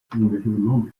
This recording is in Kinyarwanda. umuvugizi